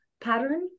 pattern